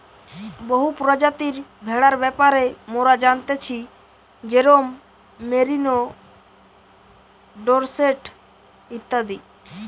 বহু প্রজাতির ভেড়ার ব্যাপারে মোরা জানতেছি যেরোম মেরিনো, ডোরসেট ইত্যাদি